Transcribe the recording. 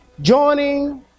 Joining